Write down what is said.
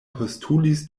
postulis